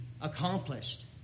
accomplished